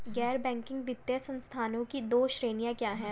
गैर बैंकिंग वित्तीय संस्थानों की दो श्रेणियाँ क्या हैं?